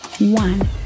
one